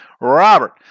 Robert